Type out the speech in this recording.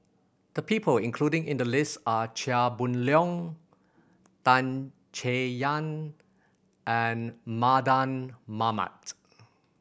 the people including in the list are Chia Boon Leong Tan Chay Yan and Mardan Mamat